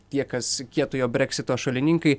tie kas kietojo breksito šalininkai